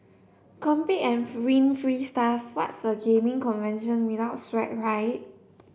compete and win free stuff what's a gaming convention without swag right